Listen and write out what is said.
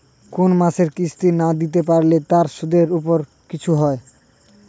কোন মাসের কিস্তি না দিতে পারলে তার সুদের উপর কিছু হয়?